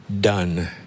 done